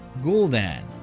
Gul'dan